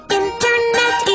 internet